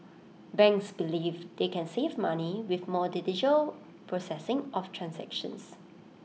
banks believe they can save money with more digital processing of transactions